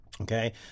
Okay